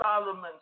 Solomon